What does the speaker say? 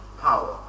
power